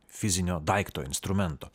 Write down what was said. fizinio daikto instrumento